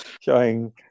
showing